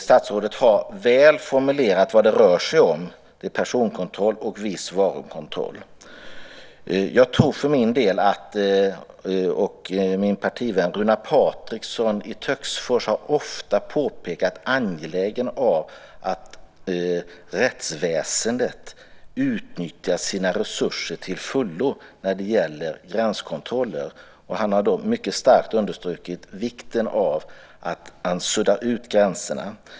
Statsrådet har väl formulerat vad det rör sig om - personkontroll och viss varukontroll. Min partivän Runar Patriksson i Töcksfors har ofta påpekat det angelägna i att rättsväsendet utnyttjar sina resurser till fullo när det gäller gränskontroller. Han har mycket starkt understrukit vikten av att man suddar ut gränserna.